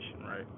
right